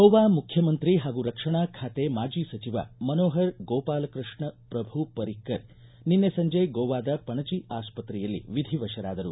ಗೋವಾ ಮುಖ್ಯಮಂತ್ರಿ ಹಾಗೂ ರಕ್ಷಣಾ ಖಾತೆ ಮಾಜಿ ಸಚಿವ ಮನೋಹರ್ ಗೋಪಾಲಕೃಷ್ಣ ಪ್ರಭು ಪರಿಕ್ಕರ್ ನಿನ್ನೆ ಸಂಜೆ ಗೋವಾದ ಪಣಜಿ ಆಸ್ಪತ್ರೆಯಲ್ಲಿ ವಿಧಿವಶರಾದರು